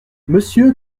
monsieur